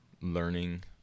learning